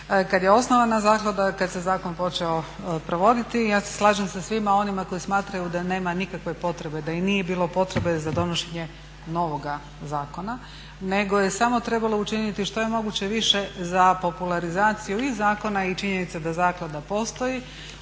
kad je osnovana zaklada, kad se zakon počeo provoditi i ja se slažem sa svima onima koji smatraju da nema nikakve potrebe i da i nije bilo potrebe za donošenje novoga zakona, nego je samo trebalo učiniti što je moguće više za popularizaciju i zakona i činjenica da zaklada postoji,